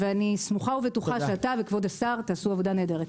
אני סמוכה ובטוחה שאתה וכבוד השר תעשו עבודה נהדרת.